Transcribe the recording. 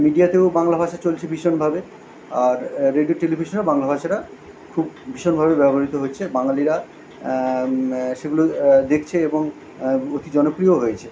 মিডিয়াতেও বাংলা ভাষা চলছে ভীষণভাবে আর রেডিও টেলিভিশনেও বাংলা ভাষাটা খুব ভীষণভাবে ব্যবহৃত হচ্ছে বাঙালিরা সেগুলো দেখছে এবং অতি জনপ্রিয়ও হয়েছে